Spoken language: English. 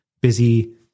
busy